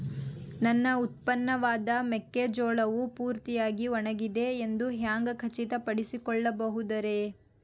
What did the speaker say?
ನನ್ನ ಉತ್ಪನ್ನವಾದ ಮೆಕ್ಕೆಜೋಳವು ಪೂರ್ತಿಯಾಗಿ ಒಣಗಿದೆ ಎಂದು ಹ್ಯಾಂಗ ಖಚಿತ ಪಡಿಸಿಕೊಳ್ಳಬಹುದರೇ?